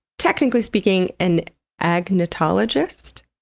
technically speaking, an agnotologist?